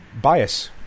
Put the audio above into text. Bias